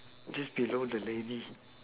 just below the lady